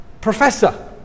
professor